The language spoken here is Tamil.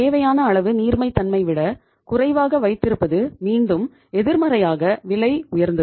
தேவையான அளவு நீர்மைத்தன்மை விட குறைவாக வைத்திருப்பது மீண்டும் எதிர்மறையாக விலை உயர்ந்தது